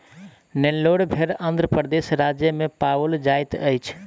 नेल्लोर भेड़ आंध्र प्रदेश राज्य में पाओल जाइत अछि